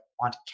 want